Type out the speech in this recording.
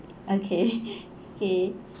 okay okay